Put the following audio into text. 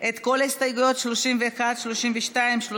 את כל ההסתייגויות, 31, 32, 33,